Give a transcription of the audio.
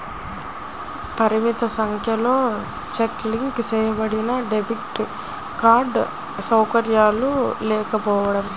పరిమిత సంఖ్యలో check link చేయబడినడెబిట్ కార్డ్ సౌకర్యాలు లేకపోవడం